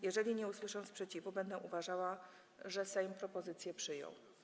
Jeżeli nie usłyszę sprzeciwu, będę uważała, że Sejm propozycje przyjął.